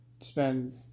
spend